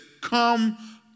come